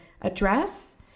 address